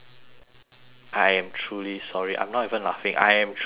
I am truly sorry I'm not even laughing I am truly sorry